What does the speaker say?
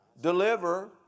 deliver